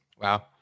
Wow